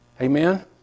Amen